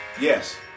yes